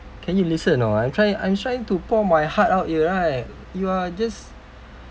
can you listen or not I'm trying I'm trying to pour my heart out here right you are just